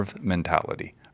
mentality